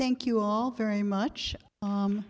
thank you all very much